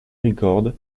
ricord